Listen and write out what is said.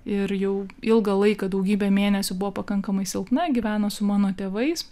ir jau ilgą laiką daugybę mėnesių buvo pakankamai silpna gyveno su mano tėvais